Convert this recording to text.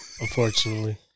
Unfortunately